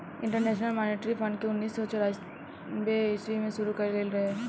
international monetary fund के उन्नीस सौ चौरानवे ईस्वी में शुरू कईल गईल रहे